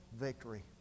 victory